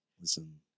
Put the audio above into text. Listen